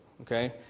Okay